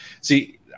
see